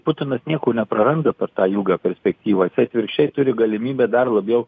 putinas nieko nepraranda per tą ilgą perspektyvą jisai atvirkščiai turi galimybę dar labiau